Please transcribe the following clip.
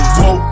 Whoa